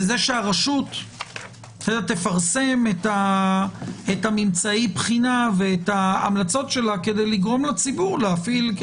שהרשות תפרסם את ממצאי הבחינה ואת המלצותיה כדי לגרום לציבור להפעיל,